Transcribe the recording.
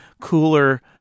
cooler